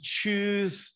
choose